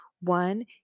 One